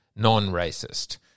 non-racist